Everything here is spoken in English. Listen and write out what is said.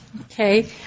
Okay